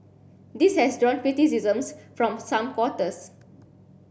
this has drawn criticisms from some quarters